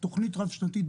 תכנית רב שנתית,